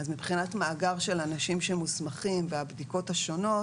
אז מבחינת מאגר של אנשים שמוסמכים והבדיקות השונות,